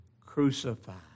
crucified